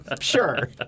Sure